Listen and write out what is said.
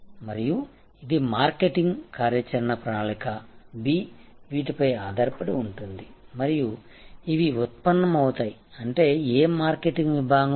మరియు ఇది మార్కెటింగ్ కార్యాచరణ ప్రణాళిక B వీటిపై ఆధారపడి ఉంటుంది మరియు ఇవి ఉత్పన్నమవుతాయి అంటే ఏ మార్కెట్ విభాగం